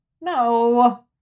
No